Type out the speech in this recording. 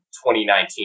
2019